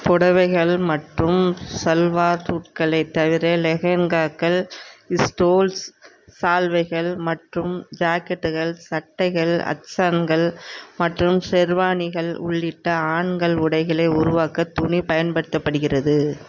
புடவைகள் மற்றும் சல்வார் சூட்களைத் தவிர லெஹெங்காக்கள் ஸ்டோல்ஸ் சால்வைகள் மற்றும் ஜாக்கெட்டுகள் சட்டைகள் அச்சான்கள் மற்றும் ஷெர்வானிகள் உள்ளிட்ட ஆண்கள் உடைகளை உருவாக்க துணி பயன்படுத்தப்படுகிறது